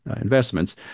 investments